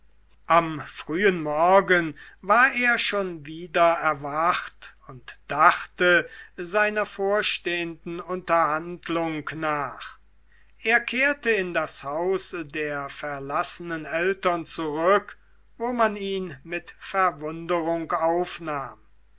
am frühen morgen war er schon wieder erwacht und dachte seiner vorstehenden unterhandlung nach er kehrte in das haus der verlassenen eltern zurück wo man ihn mit verwunderung aufnahm